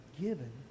given